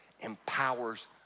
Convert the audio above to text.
empowers